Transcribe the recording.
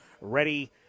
ready